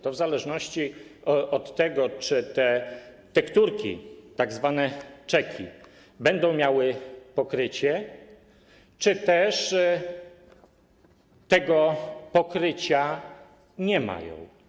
To w zależności od tego, czy te tekturki, tzw. czeki, będą miały pokrycie, czy też tego pokrycia nie mają.